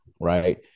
right